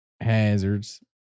hazards